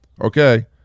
Okay